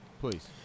Please